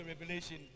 revelation